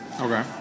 Okay